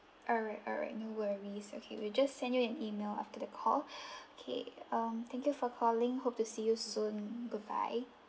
alright alright no worries okay we'll just send you an email after the call okay um thank you for calling hope to see you soon goodbye